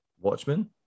Watchmen